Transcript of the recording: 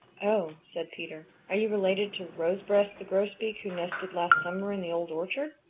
oh, said peter. are you related to rosebreast the grosbeak who nested last summer in the old orchard?